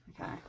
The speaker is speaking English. Okay